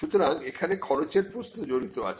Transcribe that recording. সুতরাং এখানে খরচের প্রশ্ন জড়িত আছে